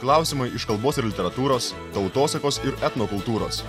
klausimai iš kalbos ir literatūros tautosakos ir etnokultūros